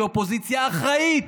כאופוזיציה אחראית,